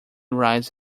rise